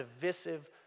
divisive